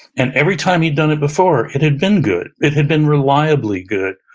and every time he'd done it before it had been good, it had been reliably good.